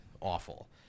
awful